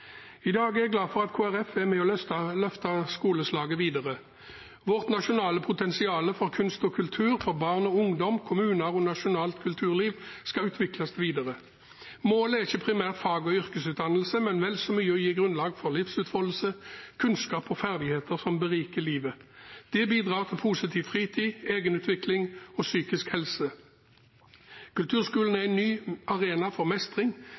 I dag er jeg glad for at Kristelig Folkeparti er med og løfter skoleslaget videre. Vårt nasjonale potensial for kunst og kultur for barn og ungdom, kommuner og nasjonalt kulturliv skal utvikles videre. Målet er ikke primært fag- og yrkesutdannelse, men vel så mye å gi grunnlag for livsutfoldelse, kunnskap og ferdigheter som beriker livet. Det bidrar til positiv fritid, egenutvikling og god psykisk helse. Kulturskolene er en ny arena for mestring